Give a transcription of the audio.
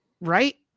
Right